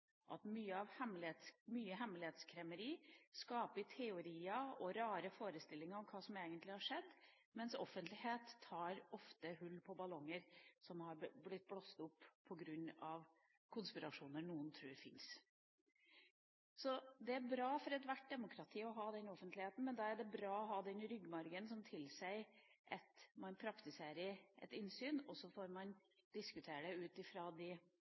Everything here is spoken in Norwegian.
at mye hemmelighetskremmeri skaper teorier og rare forestillinger om hva som egentlig har skjedd, mens offentlighet tar ofte hull på ballonger som har blitt blåst opp på grunn av konspirasjoner noen tror fins. Det er bra for ethvert demokrati å ha offentlighet, men da er det bra å ha det i ryggmargen at man praktiserer innsyn, og så får man diskutere det ut fra de